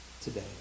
today